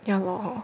ya lor